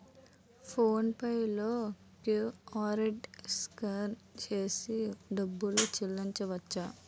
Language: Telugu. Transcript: ఫోన్ పే లో క్యూఆర్కోడ్ స్కాన్ చేసి డబ్బులు చెల్లించవచ్చు